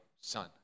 son